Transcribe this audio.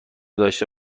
داشته